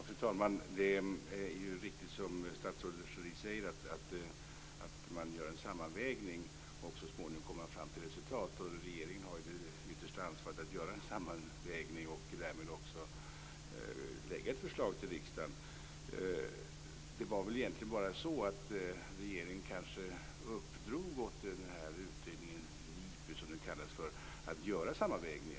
Fru talman! Det är ju riktigt som statsrådet Schori säger, att man gör en sammanvägning för att så småningom komma fram till ett resultat. Regeringen har det yttersta ansvaret för en sådan sammanvägning och därmed också för att lägga fram ett förslag till riksdagen. Det är bara så att regeringen uppdrog åt utredningen - NIPU, som den kallas för - att göra denna sammanvägning.